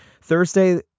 Thursday